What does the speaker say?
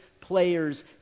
player's